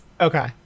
Okay